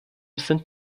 sind